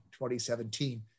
2017